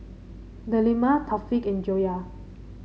Delima Taufik and Joyah